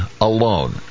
alone